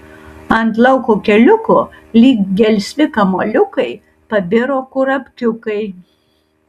ant lauko keliuko lyg gelsvi kamuoliukai pabiro kurapkiukai